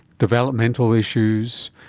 developmental issues,